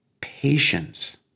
patience